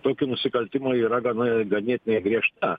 tokį nusikaltimą yra gana ganėtinai griežta